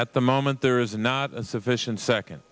at the moment there is not a sufficient second